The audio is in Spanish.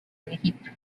egipto